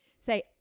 say